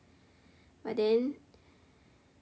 but then